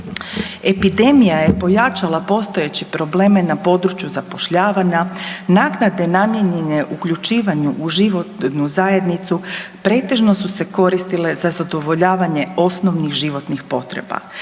epidemija je pojačala postojeće probleme na području zapošljavanja, naknade namijenjene uključivanju u životnu zajednicu pretežno su se koristile za zadovoljavanje osnovnih životnih potreba.